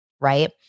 Right